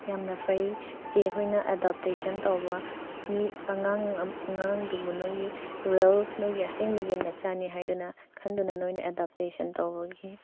ꯌꯥꯝꯅ ꯐꯩ ꯏꯆꯦ ꯈꯣꯏꯅ ꯑꯦꯗꯥꯞꯇꯦꯁꯟ ꯇꯧꯕ ꯃꯤ ꯑꯉꯥꯡꯗꯨꯕꯨ ꯅꯣꯏꯒꯤ ꯔꯦꯜ ꯅꯣꯏꯒꯤ ꯑꯁꯦꯡꯕꯒꯤ ꯅꯆꯥꯅꯤ ꯍꯥꯏꯗꯨꯅ ꯈꯟꯗꯨꯅ ꯅꯣꯏꯅ ꯑꯦꯗꯥꯞꯇꯦꯁꯟ ꯇꯧꯕꯒꯤ